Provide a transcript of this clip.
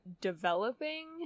developing